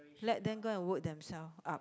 let them go and work themself up